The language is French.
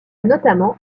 notamment